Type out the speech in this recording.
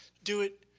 do it,